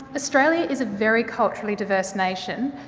australia is a very culturally diverse nation,